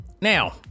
now